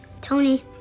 Tony